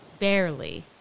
Barely